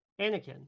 Anakin